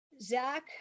Zach